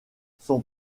son